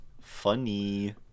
Funny